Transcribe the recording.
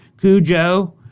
Cujo